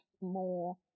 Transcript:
more